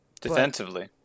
Defensively